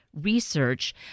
research